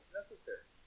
necessary